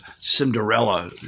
Cinderella